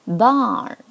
bar